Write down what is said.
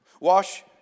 Wash